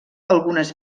algunes